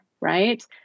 right